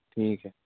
ٹھیک ہے